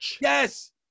Yes